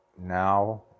now